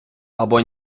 або